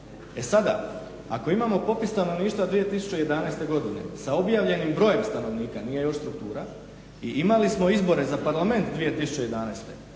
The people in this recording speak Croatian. E sada, ako imamo popis stanovništva 2011. godine sa objavljenim brojem stanovnika, nije još struktura i imali smo izbore za Parlament 2011.,